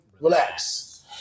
relax